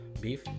beef